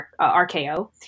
RKO